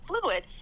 fluid